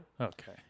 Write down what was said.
Okay